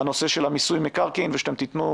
הנושא של מיסוי מקרקעין ושאתם תיתנו